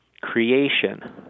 creation